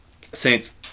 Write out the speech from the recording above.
Saints